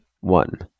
One